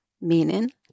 Meaning